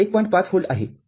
५ volt आहे